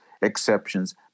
exceptions